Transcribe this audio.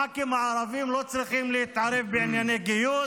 הח"כים הערבים לא צריכים להתערב בענייני גיוס.